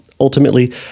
Ultimately